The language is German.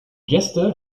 gäste